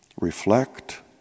Reflect